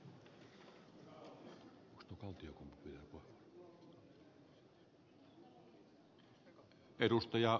kannatan ed